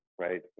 right